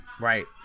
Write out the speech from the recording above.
right